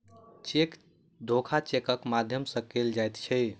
cheque धोखा चेकक माध्यम सॅ कयल जाइत छै